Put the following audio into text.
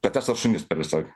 kates ar šunys per visą